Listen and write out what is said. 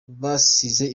basize